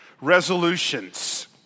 resolutions